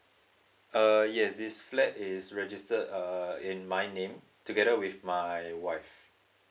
uh yes this flat is registered uh in my name together with my wife